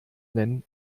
nennen